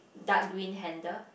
dark green handle